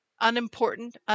unimportant